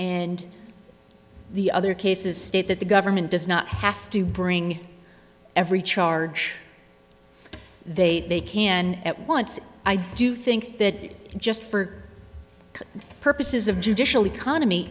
and the other cases state that the government does not have to bring every charge they they can at once i do think that just for the purposes of judicial economy